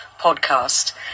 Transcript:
podcast